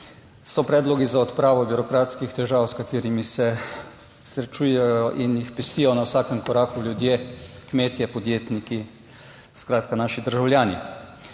so predlogi za odpravo birokratskih težav, s katerimi se srečujejo in jih pestijo na vsakem koraku ljudje, kmetje, podjetniki, skratka naši državljani.